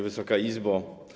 Wysoka Izbo!